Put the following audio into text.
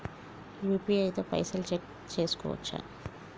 UPI తో పైసల్ check చేసుకోవచ్చా?